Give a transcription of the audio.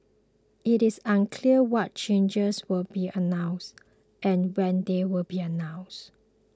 it is unclear what changes will be announced and when they will be announced